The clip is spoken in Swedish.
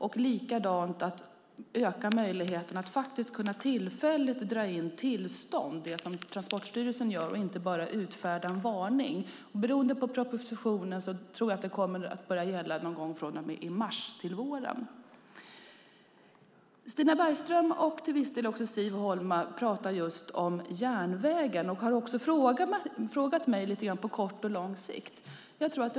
Man ska också öka möjligheterna att tillfälligt dra in tillstånd, det som Transportstyrelsen gör, och inte bara utfärda en varning. Beroende på när propositionen kommer tror jag att detta ska börja gälla nu till våren, någon gång i mars. Stina Bergström och till viss del också Siv Holma talar om järnvägen och har också frågat mig lite grann hur det blir på kort och lång sikt.